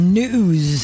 news